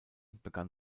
begann